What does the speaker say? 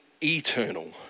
eternal